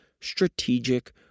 strategic